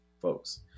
folks